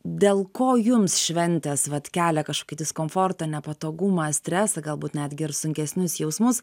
dėl ko jums šventės vat kelia kažkokį diskomfortą nepatogumą stresą galbūt netgi ir sunkesnius jausmus